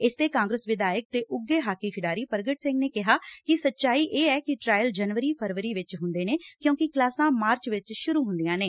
ਇਸ ਤੇ ਕਾਂਗਰਸ ਵਿਧਾਇਕ ਤੇ ਉੱਘੇ ਹਾਕੀ ਖਿਡਾਰੀ ਪ੍ਰਸਟ ਸਿੰਘ ਨੇ ਕਿਹਾ ਕਿ ਸਚਾਈ ਇਹ ਏ ਕਿ ਟਰਾਇਲ ਜਨਵਰੀ ਫਰਵਰੀ ਵਿਚ ਹੁੰਦੇ ਨੇ ਕਿਉਕਿ ਕਲਾਸਾਂ ਮਾਰਚ ਚ ਸੁਰੁ ਹੁੰਦੀਆਂ ਨੇ